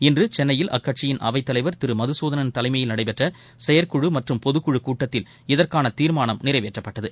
இன்று சென்னையில் அக்கட்சியின் அவைத்தலைவர் திரு மதுசூதனன் தலைமயில் நடைபெற்ற செயற்குழு மற்றும் பொதுக்குழுக் கூட்டத்தில் இதற்கான தீர்மானம் நிறைவேற்றப்பட்டது